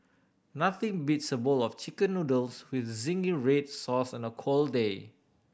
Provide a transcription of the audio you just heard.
nothing beats a bowl of Chicken Noodles with zingy red sauce on a cold day